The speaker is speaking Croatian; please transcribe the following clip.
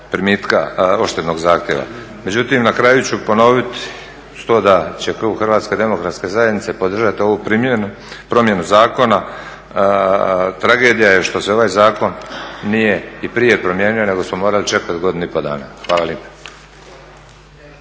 primitka odštetnog zahtjeva. Međutim, na kraju ću ponoviti to da će klub HDZ-a podržati ovu promjenu zakona. Tragedija je što se ovaj zakon nije i prije promijenio nego smo morali čekati godinu i pol dana. Hvala